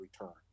return